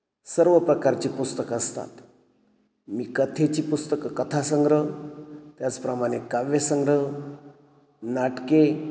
सर्व प्रकारचे पुस्तकं असतात मी कथेची पुस्तकं कथासंग्रह त्याचप्रमाणे काव्यसंग्रह नाटके